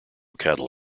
cattle